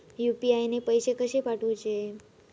UPI ने पैशे कशे पाठवूचे?